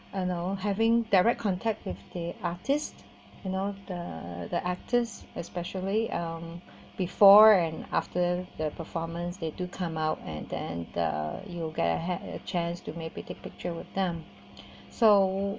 you know having direct contact with the artist you know the the artist especially um before and after the performance they do come out and then the you get ahead had a chance to maybe take picture with them so